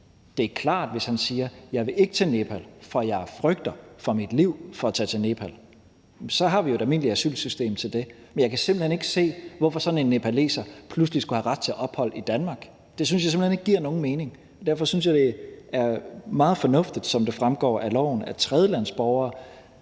Det er klart, at hvis han siger, at han ikke vil til Nepal, fordi han frygter for sit liv, hvis han tager til Nepal, så har vi jo et almindeligt asylsystem til det. Men jeg kan simpelt hen ikke se, hvorfor sådan en nepaleser pludselig skulle have ret til ophold i Danmark. Det synes jeg simpelt hen ikke giver nogen mening. Derfor synes jeg, det er meget fornuftigt, som det fremgår af lovforslaget,